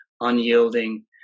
unyielding